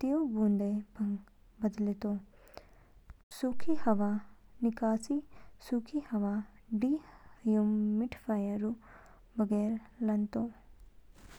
तीऊ बूंदों पंग बदलेतो। तीऊ संग्रह तीऊ बूंदें इद टैंको जमा हाचो। सूखी हवाऊ निकास सूखी हवाऊ डीह्यूमिडिफ़ायरऊ बैरंग लानतो।